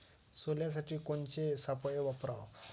सोल्यासाठी कोनचे सापळे वापराव?